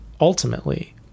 ultimately